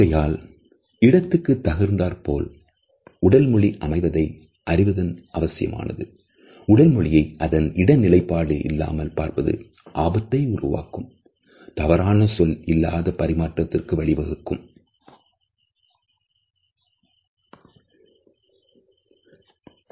ஒரு குறிப்பிட்ட கருத்தின் அடிப்படையில் சைகையை பார்ப்பதன் மூலமாகவும் நாம் எந்த முடிவிற்கும் அவசரமாக வர முடியாது